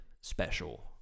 special